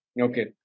Okay